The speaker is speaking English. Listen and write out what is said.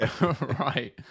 right